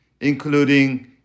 including